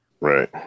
Right